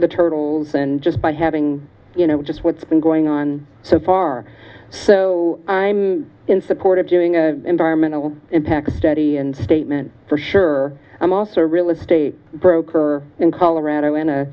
the turtles and just by having you know just what's been going on so far so i'm in support of doing environmental impact study and statement for sure i'm also a realist a broker in colorado in a